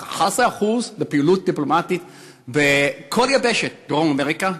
11% לפעילות דיפלומטית בכל יבשת דרום-אמריקה,